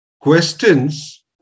questions